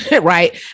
right